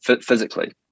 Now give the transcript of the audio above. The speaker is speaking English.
physically